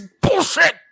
bullshit